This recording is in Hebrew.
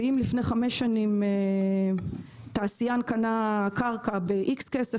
ואם לפני חמש שנים תעשיין קנה קרקע ב-X כסף,